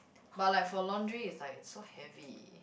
but like for laundry it's like so heavy